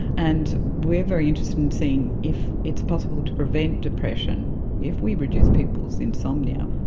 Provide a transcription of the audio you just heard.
and we are very interested in seeing if it's possible to prevent depression if we reduce people's insomnia.